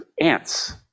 ants